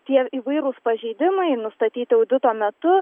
tie įvairūs pažeidimai nustatyti audito metu